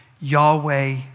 Yahweh